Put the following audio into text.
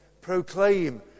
proclaim